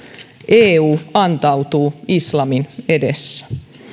eu antautuu islamin edessä